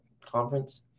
conference